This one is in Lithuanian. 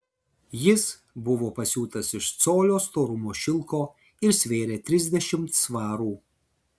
jis buvo pasiūtas iš colio storumo šilko ir svėrė trisdešimt svarų